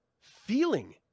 feeling